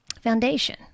foundation